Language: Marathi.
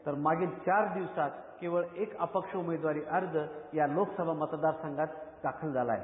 तर मागील चार दिवसात केवळ एक अपक्ष उमेदवारी अर्ज या लोकसभा मतदार संघात दाखल झाला आहे